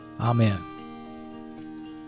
Amen